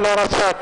לא נתקבלה.